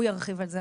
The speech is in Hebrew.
הוא ירחיב על זה,